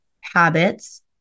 habits